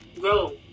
go